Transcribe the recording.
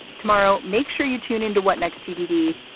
tomorrow, make sure you tune into what next tbd.